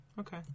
Okay